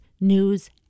news